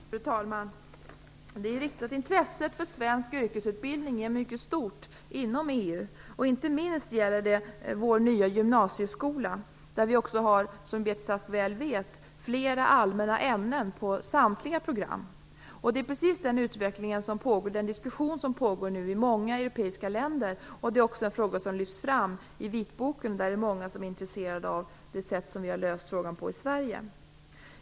Fru talman! Det är ju riktigt att intresset för svensk yrkesutbildning är mycket stort inom EU. Inte minst gäller det vår nya gymnasieskola, där vi också, som Beatrice Ask mycket väl vet, har flera allmänna ämnen på samtliga program. En diskussion om detta pågår nu i många europeiska länder. Det är också en fråga som lyfts fram i vitboken. Många är intresserade av det sätt som vi har löst frågan på i Sverige.